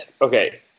Okay